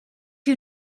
you